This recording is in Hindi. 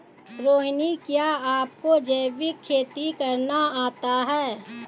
रोहिणी, क्या आपको जैविक खेती करना आता है?